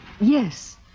Yes